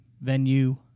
venue